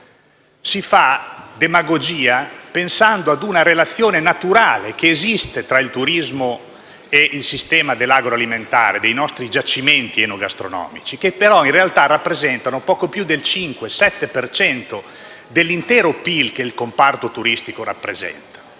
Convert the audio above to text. Si fa demagogia pensando a una relazione naturale che esiste tra il turismo e il sistema dell'agroalimentare, dei nostri giacimenti enogastronomici, che però in realtà rappresentano poco più del 5-7 per cento dell'intero PIL che il comparto turistico rappresenta.